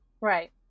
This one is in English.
Right